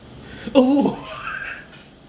oh